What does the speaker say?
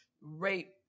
rape